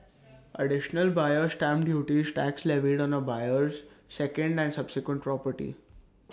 additional buyer's stamp duty is tax levied on A buyer's second and subsequent property